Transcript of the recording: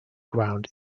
ground